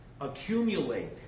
accumulate